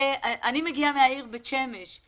אני מגיעה מן העיר בית שמש עם